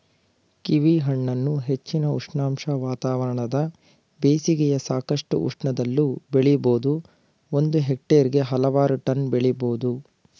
ಕೀವಿಹಣ್ಣನ್ನು ಹೆಚ್ಚಿನ ಉಷ್ಣಾಂಶ ವಾತಾವರಣದ ಬೇಸಿಗೆಯ ಸಾಕಷ್ಟು ಉಷ್ಣದಲ್ಲೂ ಬೆಳಿಬೋದು ಒಂದು ಹೆಕ್ಟೇರ್ಗೆ ಹಲವಾರು ಟನ್ ಬೆಳಿಬೋದು